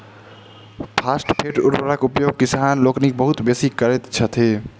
phosphate उर्वरकक उपयोग किसान लोकनि बहुत बेसी करैत छथि